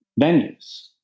venues